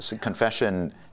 Confession